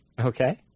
Okay